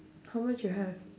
how much you have